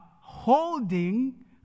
holding